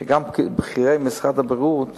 כי גם בכירי משרד הבריאות